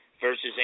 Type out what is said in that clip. versus